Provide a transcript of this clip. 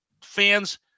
fans